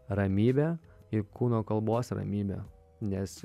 ramybė ir kūno kalbos ramybė nes